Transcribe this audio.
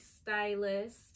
stylist